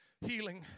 healing